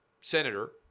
Senator